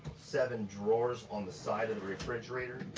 seven drawers on the side of refrigerator,